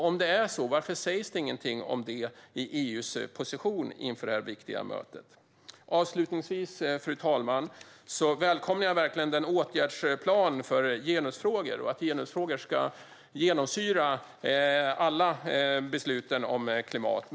Om det är så varför sägs då inget om detta i EU:s position inför det här viktiga mötet? Fru talman! Jag vill avslutningsvis säga att jag verkligen välkomnar åtgärdsplanen för genusfrågor och att genusfrågor ska genomsyra alla beslut om klimatet.